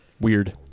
Weird